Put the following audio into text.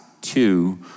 two